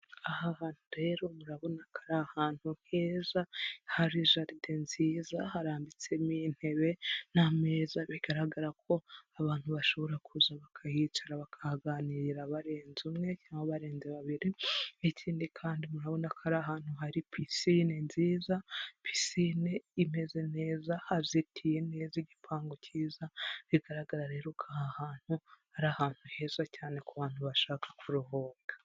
Aha hantu rero murabona kari ari ahantu heza, hari jaride nziza, harambitsemo intebe n'ameza, bigaragara ko abantu bashobora kuza bakahicara bakaganirarira barenze umwe cyangwa barenze babiri, ikindi kandi murabona ko ari ahantu hari pisine nziza, pisine imeze neza, hazitiye neza igipangu cyiza, bigaragara rero ko aha hantu ari ahantu heza cyane ku bantu bashaka kuruhuka.